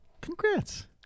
Congrats